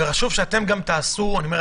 חשוב שייאמר